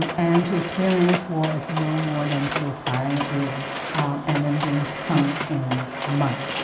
and to experience war as no more than people firing at you and then being sunk in mud.